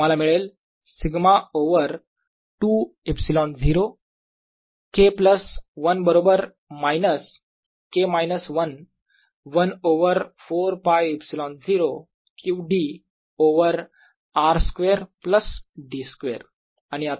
तुम्हाला मिळेल σ over 2 ε0 K plus 1 बरोबर minus K minus 1 1 over 4π ε0 q d over r square plus d square